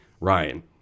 Ryan